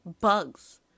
bugs